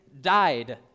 died